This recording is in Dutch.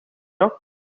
nog